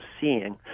seeing